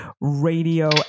radio